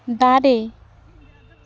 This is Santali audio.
ᱫᱟᱨᱮ